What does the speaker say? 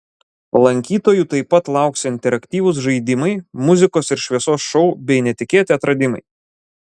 lankytojų taip pat lauks interaktyvūs žaidimai muzikos ir šviesos šou bei netikėti atradimai